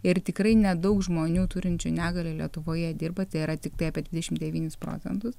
ir tikrai nedaug žmonių turinčių negalią lietuvoje dirba tai yra tiktai apie dvidešim devynis procentus